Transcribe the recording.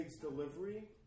delivery